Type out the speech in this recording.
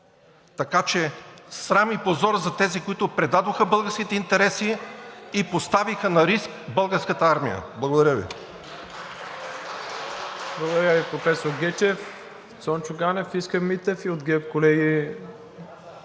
Така че срам и позор за тези, които предадоха българските интереси и поставиха на риск Българската армия. Благодаря Ви.